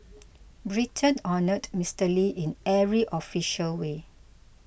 Britain honoured Mr Lee in every official way